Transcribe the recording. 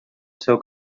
seu